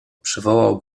przywołał